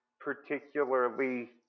particularly